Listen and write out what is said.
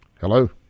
Hello